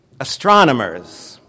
astronomers